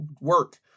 work